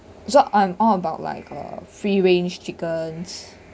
so I'm all about like a free range chickens